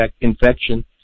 infection